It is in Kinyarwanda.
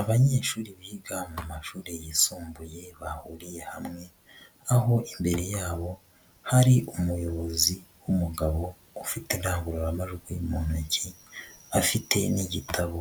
Abanyeshuri biga mu mashuri yisumbuye bahuriye hamwe aho imbere yabo hari umuyobozi w'umugabo ufite indangururamajwi mu ntoki afite n'igitabo